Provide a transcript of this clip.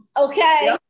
Okay